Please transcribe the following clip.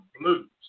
blues